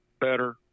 better